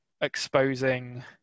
exposing